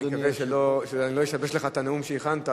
אני מקווה שאני לא אשבש לך את הנאום שהכנת.